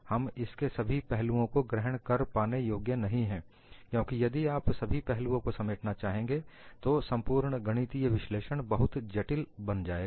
हम इसके सभी पहलुओं को ग्रहण कर पाने योग्य नहीं है क्योंकि यदि आप सभी पहलुओं को समेटना चाहेंगे तो संपूर्ण गणितीय विश्लेषण बहुत जटिल बन जाएगा